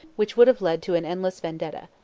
which would have led to an endless vendetta.